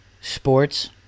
Sports